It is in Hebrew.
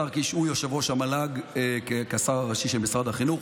השר קיש הוא יושב-ראש המל"ג כשר הראשי של משרד החינוך,